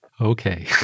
Okay